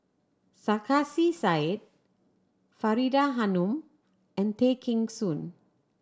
Sarkasi Said Faridah Hanum and Tay Kheng Soon